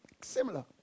Similar